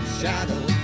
shadow